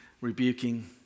rebuking